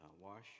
wash